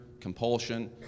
compulsion